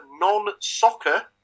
non-soccer